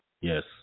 Yes